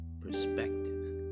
perspective